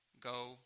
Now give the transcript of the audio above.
Go